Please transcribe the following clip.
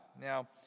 Now